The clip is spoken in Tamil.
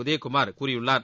உதயகுமார் கூறியுள்ளார்